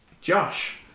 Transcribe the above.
Josh